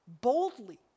boldly